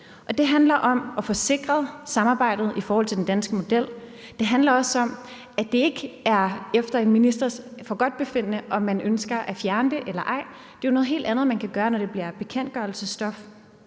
Det handler om at få sikret samarbejdet i forhold til den danske model. Det handler også om, at det ikke er efter en ministers forgodtbefindende, om man ønsker at fjerne det eller ej. Det er jo noget helt andet, man kan gøre, når det bliver bekendtgørelsesstof.